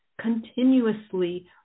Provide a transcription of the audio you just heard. continuously